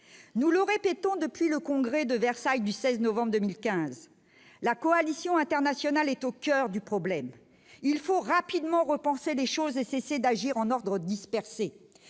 nous le répétons depuis le congrès de Versailles du 16 novembre 2015 la coalition internationale est au coeur du problème, il faut rapidement repenser les choses et cesser d'agir en ordre dispersé